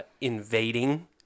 invading